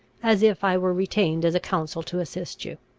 as if i were retained as a counsel to assist you.